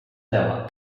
dela